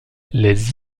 les